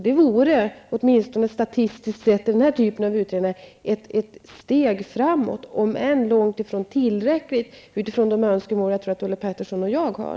Det vore ett steg framåt om än långt ifrån tillräckligt utifrån de önskemål som Ulla Pettersson och jag har, åtminstone sett mot bakgrund av den här typen av statistiska undersökningar.